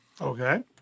Okay